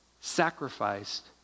sacrificed